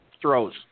throws